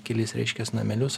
kelis reiškias namelius